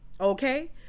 okay